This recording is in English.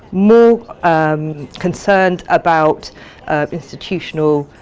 more concerned about institutional